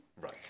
Right